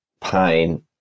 pain